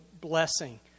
blessing